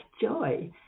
joy